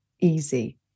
easy